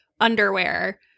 underwear